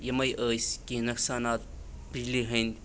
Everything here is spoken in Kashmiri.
یِمَے ٲسۍ کینٛہہ نۄقصانات بِجلی ہٕنٛدۍ